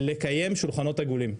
לקיים שולחנות עגולים.